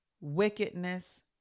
wickedness